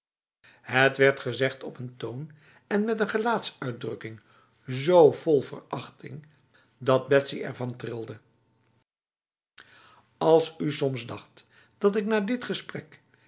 het werd gezegd op een toon en met een gelaatsuitdrukking zo vol verachting dat betsy ervan trilde als u soms dacht dat ik na dit gesprek